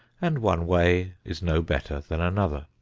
and one way is no better than another.